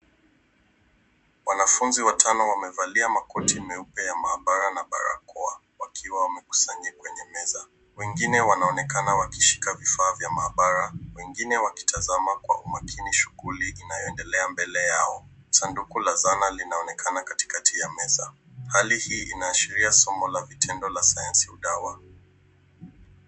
Wanafunzi watano wamevalia makoti meupe ya maabara na barakoa wakiwa wamekusanyika kwenye meza. Wengine wanaonekana wakishika vifaa vya maabara, wengine wakitazama kwa umakini shughuli inayoendelea mbele yao. Sanduku la zana linaonekana katikati ya meza. Hali hii inaashiria somo la vitendo la sayansi au dawa.